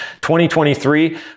2023